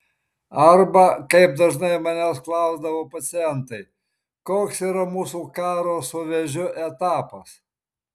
arba kaip dažnai manęs klausdavo pacientai koks yra mūsų karo su vėžiu etapas